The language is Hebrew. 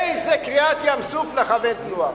איזה קריעת ים-סוף לכוון תנועה.